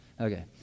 okay